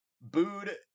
booed